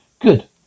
Good